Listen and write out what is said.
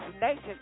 Nation